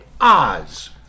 Oz